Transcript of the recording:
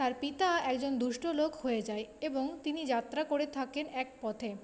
তার পিতা একজন দুষ্ট লোক হয়ে যায় এবং তিনি যাত্রা করে থাকেন এক পথে